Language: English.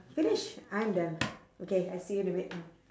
finish I'm done okay I see you in a bit mm